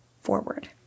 forward